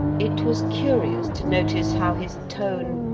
it was curious to notice how his tone,